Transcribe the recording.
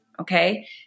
okay